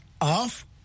off